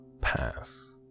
pass